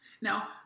Now